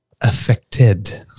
Affected